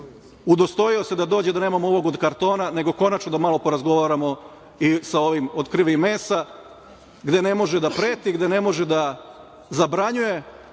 udostojio se da dođe, da nemamo ovog od kartona, nego konačno da malo porazgovaramo i sa ovim od krvi i mesa, gde ne može da preti, gde ne može da zabranjuje,